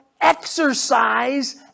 exercise